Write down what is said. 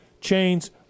chains